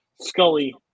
Scully